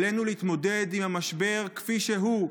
עלינו להתמודד עם המשבר כפי שהוא,